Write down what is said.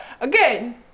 again